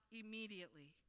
immediately